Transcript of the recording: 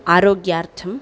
आरोग्यार्थम्